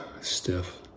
stiff